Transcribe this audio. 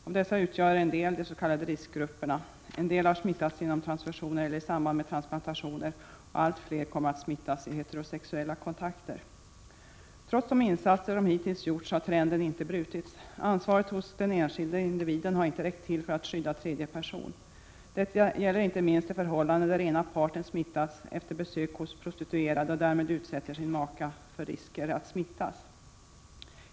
Av dessa ingår en del i de s.k. riskgrupperna, en del har smittats genom transfusioner eller i samband med transplantationer, och allt fler kommer att smittas i heterosexuella kontakter. Trots de insatser som hittills gjorts har trenden inte brutits. Ansvaret hos den enskilde individen har inte räckt till för att skydda tredje person. Detta gäller inte minst de förhållanden där den ena parten smittats efter besök hos prostituerade och därmed utsätter sin maka för risken att smittas.